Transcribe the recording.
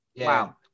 Wow